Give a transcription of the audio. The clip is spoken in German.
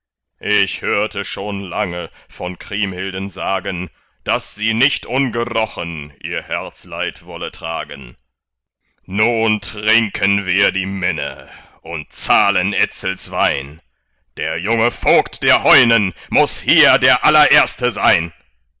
ich hörte schon lange von kriemhilden sagen daß sie nicht ungerochen ihr herzleid wolle tragen nun trinken wir die minne und zahlen etzels wein der junge vogt der heunen muß hier der allererste sein